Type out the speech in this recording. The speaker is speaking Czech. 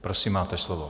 Prosím, máte slovo.